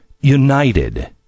united